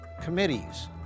committees